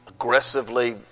aggressively